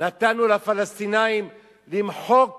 נתנו לפלסטינים למחוק